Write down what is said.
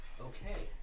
Okay